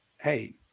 hey